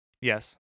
Yes